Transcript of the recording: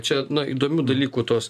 čia na įdomių dalykų tos